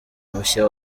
mushya